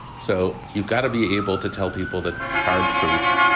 so you've got to be able to tell people that hard truths.